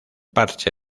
parche